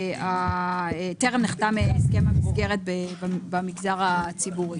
טרם נחתם הסכם המסגרת במגזר הציבורי.